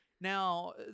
Now